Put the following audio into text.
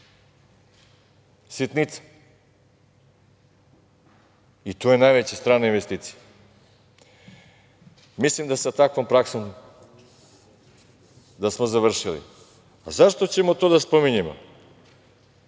Sitnica! I to je najveća strana investicija? Mislim da smo sa takvom praksom završili. Zašto ćemo to da spominjemo?